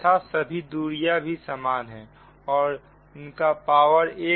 तथा सभी दूरियां भी समान है और इनका पावर13